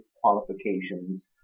qualifications